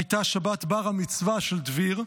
הייתה שבת בר-המצווה של דביר,